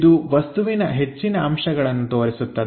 ಇದು ವಸ್ತುವಿನ ಹೆಚ್ಚಿನ ಅಂಶಗಳನ್ನು ತೋರಿಸುತ್ತದೆ